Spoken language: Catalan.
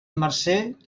marcer